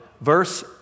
Verse